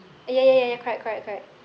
ah ya ya ya ya correct correct correct